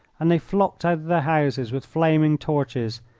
and they flocked out of their houses with flaming torches,